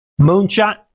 Moonshot